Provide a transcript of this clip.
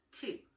two